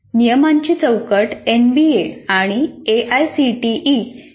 नियमांची चौकट एनबीए आणि एआयसीटीई कडून देण्यात आली आहे